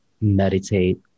meditate